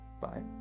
bye